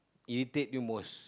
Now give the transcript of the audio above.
irritate you most